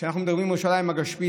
כשאנחנו מדברים על ירושלים הגשמית,